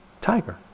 tiger